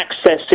access